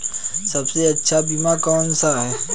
सबसे अच्छा बीमा कौन सा है?